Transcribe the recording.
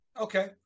Okay